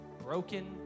broken